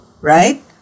right